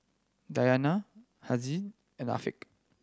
Dayana Haziq and Afiq